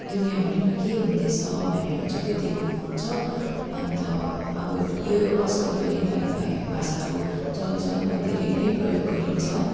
दुनियाँभरिमा के हुँदैछ भनेर चाहिँ त्यो देख्नु पाउँछ अन्त अब यो आजकल त नेपाली भाया भाषाको जग्गा जग्गामा धेरै नै प्रयोग गरिन्छ